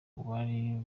bari